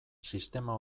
sistema